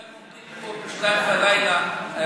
ב-02:00.